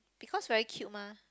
because very cute mah